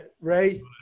Ray –